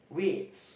wait